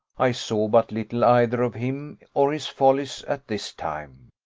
i saw but little either of him or his follies at this time.